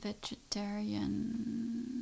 vegetarian